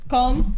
Come